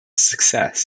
success